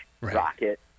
rocket